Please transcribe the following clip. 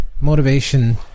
motivation